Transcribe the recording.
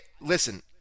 listen